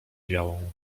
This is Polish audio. białą